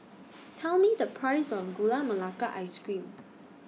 Tell Me The Price of Gula Melaka Ice Cream